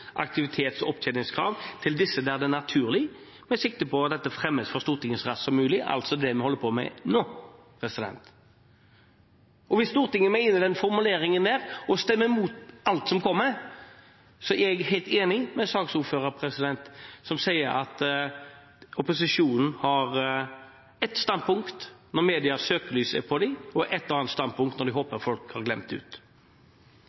aktivitets- og opptjeningskrav til disse der det er naturlig, med sikte på dette fremmes for Stortinget så raskt som mulig.» Altså det vi holder på med nå. Hvis Stortinget mener noe med den formuleringen og stemmer imot alt som kommer, så er jeg helt enig med saksordføreren, som sier at opposisjonen har ett standpunkt når medias søkelys er på dem, og et annet standpunkt når de